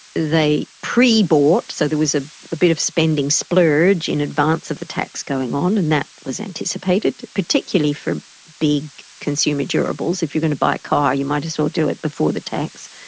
they pre-bought, so there was ah a bit of spending splurge in advance of the tax going on, and that was anticipated, particularly for big consumer durables. if you are going to buy a car, you might as well do it before the tax.